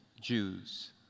Jews